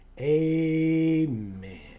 Amen